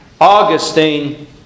Augustine